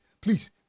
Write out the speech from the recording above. Please